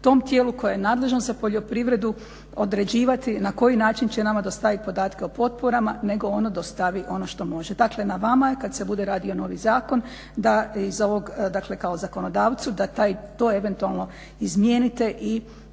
tom tijelu koje je nadležno za poljoprivredu određivati na koji način će nama dostaviti podatke o potporama, nego ono dostavi ono što može. Dakle, na vama je kad se bude radio novi zakon da iz ovog, dakle kao zakonodavcu da taj, da to eventualno izmijeniti i